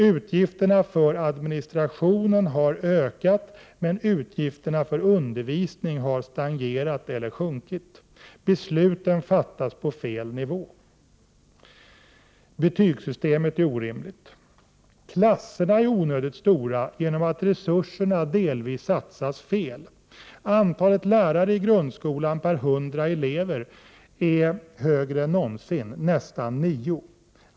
Utgifterna för administrationen har ökat, medan utgifterna för undervisning har stagnerat eller sjunkit. Besluten fattas på fel nivå. - Betygssystemet är orimligt. - Klasserna är onödigt stora genom att resurserna delvis satsas fel. Antalet lärare i grundskolan per 100 elever är högre än någonsin, nästan nio.